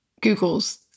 Googles